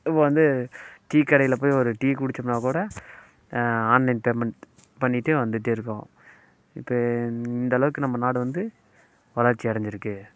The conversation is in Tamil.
இப்போ வந்து டீ கடையில் போய் ஒரு டீ குடித்தோம்ன்னா கூட ஆன்லைன் பேமெண்ட் பண்ணிகிட்டு வந்துகிட்டே இருக்கோம் இது இந்தளவுக்கு நம்ம நாடு வந்து வளர்ச்சி அடைஞ்சுருக்கு